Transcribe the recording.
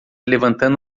levantando